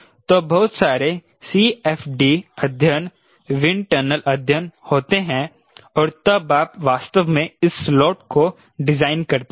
तो बहुत सारे CFD अध्ययन विंड टनल अध्ययन होते हैं और तब आप वास्तव में इस स्लॉट को डिजाइन करते हैं